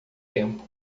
tempo